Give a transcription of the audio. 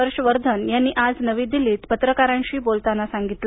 हर्ष वर्धन यांनी आज नवी दिल्लीत पत्रकारांशी बोलताना सांगितलं